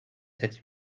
sept